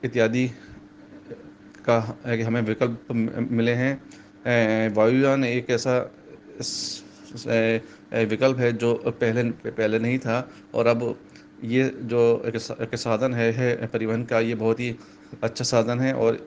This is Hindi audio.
इत्यादि का हमें विकल्प मिले हैं वायुयान एक ऐसा विकल्प है जो पहले पहले नहीं था और अब ये जो एक साधन है जो परिवहन का ये बहुत ही अच्छा साधन है और